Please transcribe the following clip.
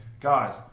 Guys